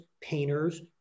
painters